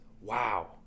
Wow